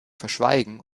verschweigen